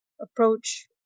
approach